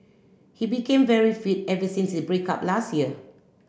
he became very fit ever since his break up last year